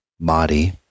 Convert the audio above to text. body